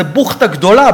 זאת בוחטה גדולה,